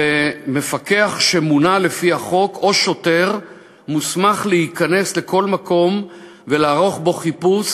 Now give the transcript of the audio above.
ומפקח שמונה לפי החוק או שוטר מוסמכים להיכנס לכל מקום ולערוך בו חיפוש,